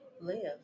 live